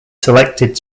selected